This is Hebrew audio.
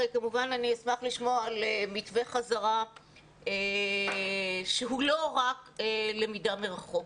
כמובן אני אשמח לשמוע על מתווה חזרה שהוא לא רק למידה מרחוק.